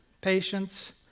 patience